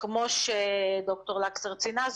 כמו ד"ר שלקסר ציינה,